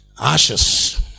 Ashes